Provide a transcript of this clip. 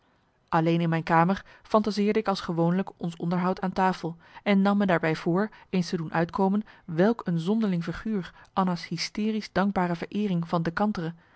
alleen in mijn kamer fantaseerde ik als gewoonlijk ons onderhoud aan tafel en nam me daarbij voor eens te doen uitkomen welk een zonderling figuur marcellus emants een nagelaten bekentenis anna's hysterisch dankbare vereering van de kantere